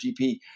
GP